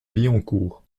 billancourt